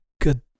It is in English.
Good